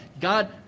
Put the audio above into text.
God